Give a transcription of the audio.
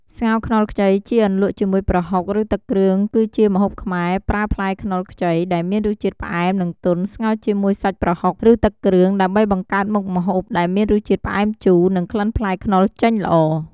ស្ងោរខ្នុរខ្ចីជាអន្លក់ជាមួយប្រហុក ឬទឹកគ្រឿងគឺជាម្ហូបខ្មែរ ប្រើផ្លែខ្នុរខ្ចី ដែលមានរសជាតិផ្អែម និងទន់ ស្ងោរជាមួយសាច់ប្រហុក ឬទឹកគ្រឿង ដើម្បីបង្កើតមុខម្ហូបដែលមានរសជាតិផ្អែមជូរ និងក្លិនផ្លែខ្នុរចេញល្អ។